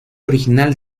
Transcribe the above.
original